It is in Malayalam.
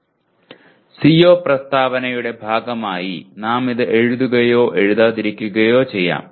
CO പ്രസ്താവനയുടെ ഭാഗമായി നാം ഇത് എഴുതുകയോ എഴുതാതിരിക്കുകയോ ചെയ്യാം